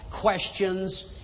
questions